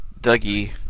Dougie